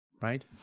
Right